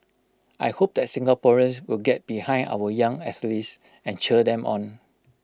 I hope that Singaporeans will get behind our young athletes and cheer them on